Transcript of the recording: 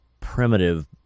primitive